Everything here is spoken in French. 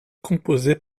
composés